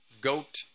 goat